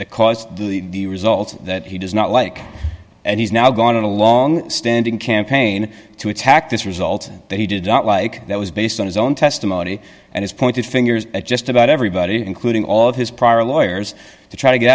that caused the result that he does not like and he's now gone on a long standing campaign to attack this result that he did not like that was based on his own testimony and his pointed fingers at just about everybody including all of his prior lawyers to try to get